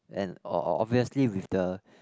and o~ obviously with the